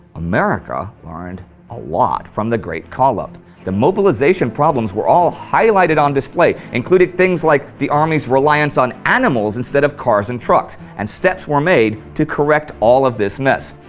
america learned a lot from the great call up the mobilization problems were all highlighted on display, including things like the army's reliance on animals instead of cars and trucks, and steps were made to correct all of this mess.